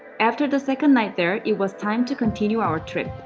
after the second night there it was time to continue our trip!